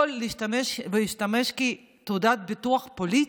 וזה לא יכול לשמש כתעודת ביטוח פוליטית.